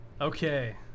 Okay